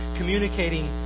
communicating